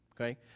Okay